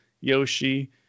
Yoshi